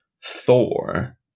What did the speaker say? Thor